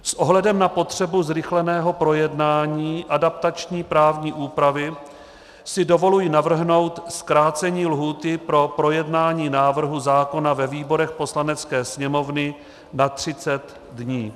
S ohledem na potřebu zrychleného projednání adaptační právní úpravy si dovolují navrhnout zkrácení lhůty pro projednání návrhu zákona ve výborech Poslanecké sněmovny na 30 dní.